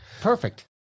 Perfect